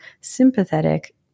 sympathetic